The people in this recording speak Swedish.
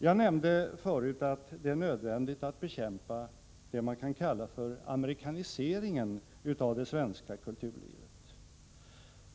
Jag nämnde förut att det är nödvändigt att bekämpa det man kan kalla för amerikaniseringen av det svenska kulturlivet.